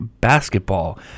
Basketball